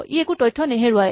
ই একো তথ্য নেহেৰুৱায়